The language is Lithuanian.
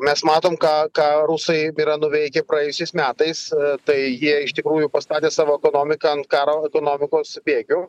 mes matom ką ką rusai yra nuveikę praėjusiais metais tai jie iš tikrųjų pastatė savo ekonomiką ant karo ekonomikos bėgių